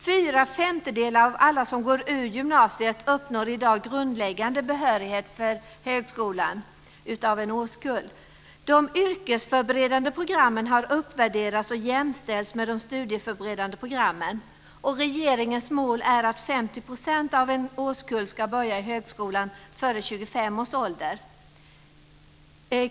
Fyra femtedelar av alla i en årskull som går ut gymnasiet uppnår i dag grundläggande behörighet för högskolan. De yrkesförberedande programmen har uppvärderats och jämställts med de studieförberedande programmen. Regeringens mål är att 50 % av en årskull ska börja i högskolan före 25 års ålder.